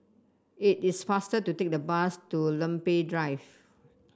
it is faster to take the bus to Lempeng Drive